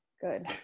good